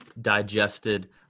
digested